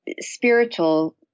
spiritual